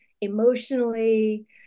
emotionally